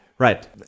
Right